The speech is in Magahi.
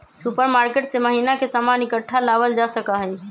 सुपरमार्केट से महीना के सामान इकट्ठा लावल जा सका हई